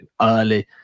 early